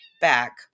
back